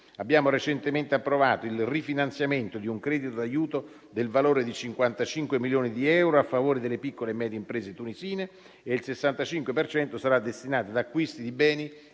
Abbiamo recentemente approvato il rifinanziamento di un credito d'aiuto del valore di 55 milioni di euro a favore delle piccole e medie imprese tunisine e il 65 per cento sarà destinato ad acquisti di beni